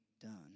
done